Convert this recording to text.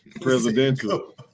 presidential